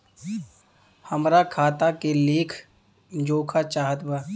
हमरा खाता के लेख जोखा चाहत बा?